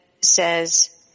says